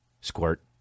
squirt